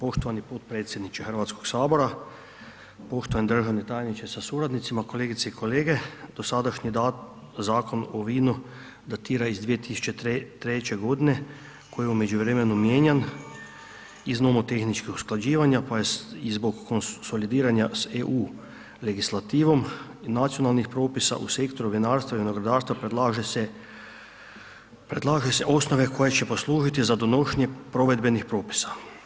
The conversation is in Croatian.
Poštovani potpredsjedniče HS, poštovani državni tajniče sa suradnicima, kolegice i kolege, dosadašnji Zakon o vinu datira iz 2003.g. koji je u međuvremenu mijenjan iz nomotehničkog usklađivanja i zbog konsolidiranja s EU legislativom i nacionalnih propisa u sektoru vinarstva i vinogradarstva predlaže se osnove koje će poslužiti za donošenje provedbenih propisa.